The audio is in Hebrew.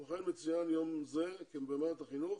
כמו כן מצוין יום זה במערכת החינוך,